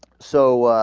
so ah.